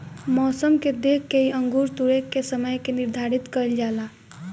मौसम के देख के ही अंगूर तुरेके के समय के निर्धारित कईल जाला